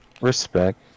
Respect